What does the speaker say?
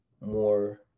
more